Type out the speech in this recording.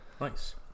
Nice